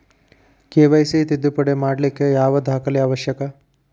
KYC ತಿದ್ದುಪಡಿ ಮಾಡ್ಲಿಕ್ಕೆ ಯಾವ ದಾಖಲೆ ಅವಶ್ಯಕ?